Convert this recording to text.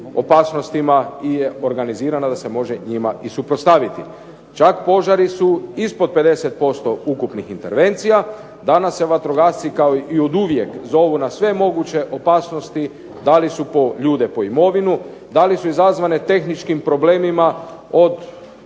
opasnostima je organizirana da se može njima i suprotstaviti. Čak požari su ispod 50% ukupnih intervencija. Danas se vatrogasci kao i oduvijek zovu na sve moguće opasnosti, da li su ljude po imovinu, da li su izazvane tehničkim problemima od